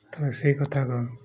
ତେବେ ସେଇ କଥାକ